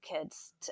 kids